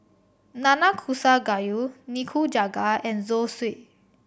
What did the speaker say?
Nnanakusa Gayu Nikujaga and Zosui